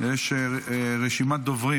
יש רשימת דוברים.